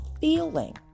feeling